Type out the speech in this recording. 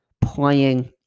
playing